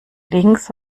links